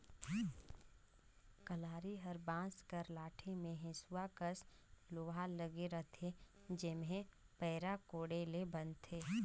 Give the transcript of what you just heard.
कलारी हर बांस कर लाठी मे हेसुवा कस लोहा लगे रहथे जेम्हे पैरा कोड़े ले बनथे